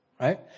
right